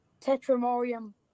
Tetramorium